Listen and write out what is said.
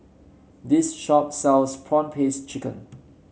this shop sells prawn paste chicken